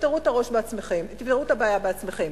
תפתרו את הבעיה בעצמכם,